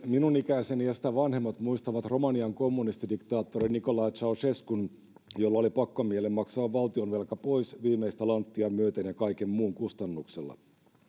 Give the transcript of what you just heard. minun ikäiseni ja sitä vanhemmat muistavat romanian kommunistidiktaattori nicolae ceausescun jolla oli pakkomielle maksaa valtionvelka pois viimeistä lanttia myöten ja kaiken muun kustannuksella